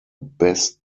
best